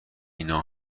اینا